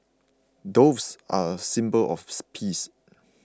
doves are a symbol of peace